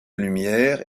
lumière